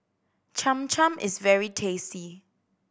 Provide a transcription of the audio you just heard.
Cham Cham is very tasty